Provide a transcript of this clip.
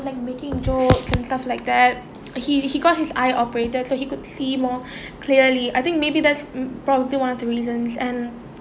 like making jokes and stuff like that he he got his eye operated so he could see more clearly I think maybe that's probably one of the reasons and